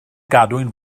gadwyn